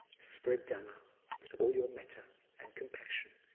spread dhamma with all your metta and compassion.